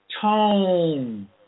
tone